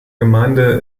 gemeinde